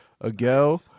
ago